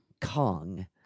Kong